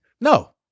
No